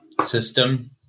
system